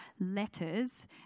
letters